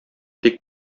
тик